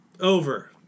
Over